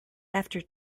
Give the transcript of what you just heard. after